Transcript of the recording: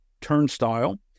turnstile